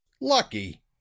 Lucky